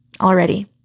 already